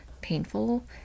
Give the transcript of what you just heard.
painful